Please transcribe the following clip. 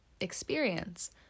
experience